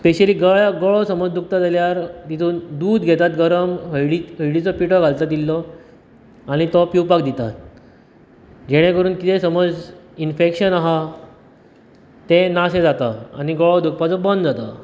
specially गळ्याक गळो समज दुखता जाल्यार तितूंत दूद घेतात गरम हळदी हळदिचो पिठो घालतात इल्लो आनी तो पिवपाक दितात जेणें करून कितें समज इनफेक्शन आहा तें ना शें जाता आनी गळो दुखपाचो बंद जाता